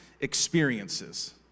experiences